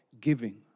giving